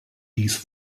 dies